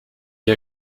est